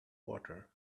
water